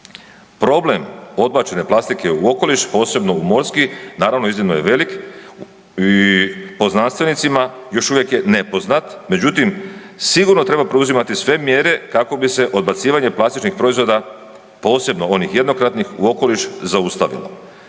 Problem odbačene plastike u okoliš posebno u morski naravno iznimno je velik i po znanstvenicima još uvijek je nepoznat. Međutim, sigurno treba preuzimati sve mjere kako bi se odbacivanje plastičnih proizvoda, posebno onih jednokratnih u okoliš zaustavilo.